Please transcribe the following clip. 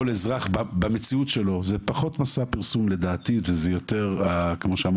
אזרח במציאות שלו לדעתי זה פחות מסע פרסום וזה יותר ברשתות,